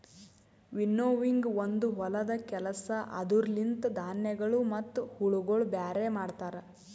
winnowing ಒಂದು ಹೊಲದ ಕೆಲಸ ಅದುರ ಲಿಂತ ಧಾನ್ಯಗಳು ಮತ್ತ ಹುಳಗೊಳ ಬ್ಯಾರೆ ಮಾಡ್ತರ